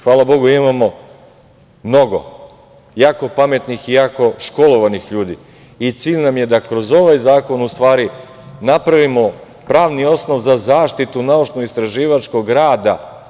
Hvala Bogu, imamo mnogo jako pametnih i jako školovanih ljudi i cilj nam je da kroz ovaj zakon napravimo pravni osnov za zaštitu naučno-istraživačkog rada.